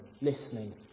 listening